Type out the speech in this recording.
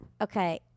Okay